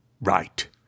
Right